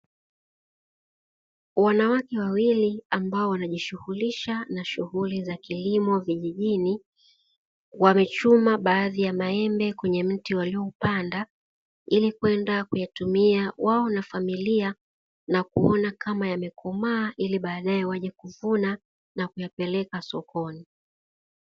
Wanawake wawili ambao wanajishughulisha na shughuli za kilimo vijijini wamechuma baadhi ya maembe kwenye mti waliopanda, ili kwenda kuyatumia wao na familia na kuona kama yamekomaa, ili baadaye waje kuvuna na kuyapeleka sokoni.